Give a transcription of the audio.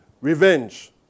revenge